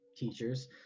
teachers